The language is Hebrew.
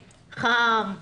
חם,